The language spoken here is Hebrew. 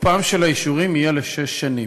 תוקפם של האישורים יהיה לשש שנים.